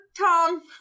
Tom